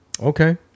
Okay